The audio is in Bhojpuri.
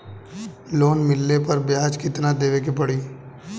लोन मिलले पर ब्याज कितनादेवे के पड़ी?